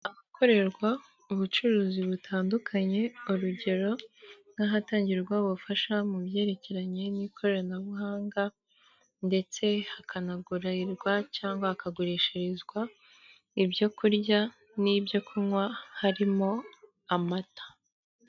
Ahakorerwa ubucuruzi butandukanye, urugero nk'ahatangirwa ubufasha mu byerekeranye n'ikoranabuhanga ndetse hakanagurirwa cyangwa hakagurishirizwa ibyo kurya n'ibyo kunywa harimo amata.